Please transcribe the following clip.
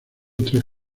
tres